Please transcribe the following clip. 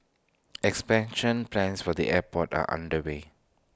expansion plans for the airport are underway